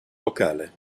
locale